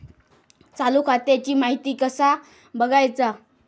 चालू खात्याची माहिती कसा बगायचा?